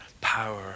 power